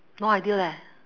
no idea leh